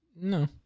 No